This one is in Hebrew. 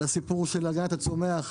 על הסיפור של הגנת הצומח,